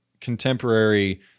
contemporary